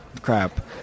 crap